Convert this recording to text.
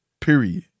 period